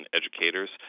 educators